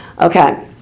Okay